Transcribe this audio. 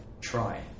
try